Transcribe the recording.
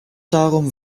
darum